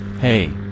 Hey